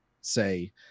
say